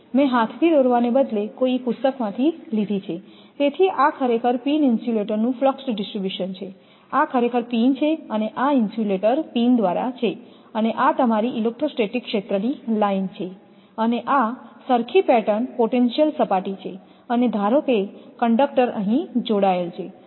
મેં હાથથી દોરવાને બદલે કોઈ પુસ્તકમાંથી લીધી છે તેથી આ ખરેખર પિન ઇન્સ્યુલેટરનું ફ્લક્ષ ડિસ્ટ્રીબ્યુશન છે આ ખરેખર પિન છે અને આ ઇન્સ્યુલેટર પિન દ્વારા છે અને આ તમારી ઇલેક્ટ્રોસ્ટેટિક ક્ષેત્રની લાઇન છે અને આ સરખી પેટર્ન પોટેન્શિયલન સપાટી છે અને ધારો કે કંડક્ટર અહીં જોડાયેલ છે